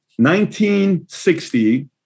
1960